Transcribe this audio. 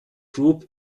group